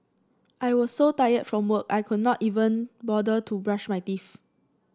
I was so tired from work I could not even bother to brush my teeth